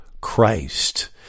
Christ